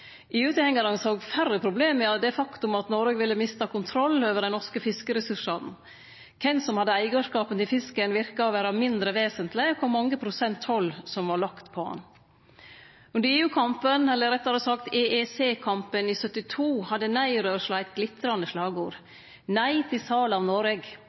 EU-tilhengarane såg færre problem med det faktum at Noreg ville miste kontroll over dei norske fiskeressursane. Kven som hadde eigarskapen til fisken, verka å vere mindre vesentleg enn kor mange prosent toll det var lagt på han. Under EU-kampen, etter rettare sagt EEC-kampen, i 1972, hadde nei-rørsla eit glitrande slagord: Nei til sal av Noreg!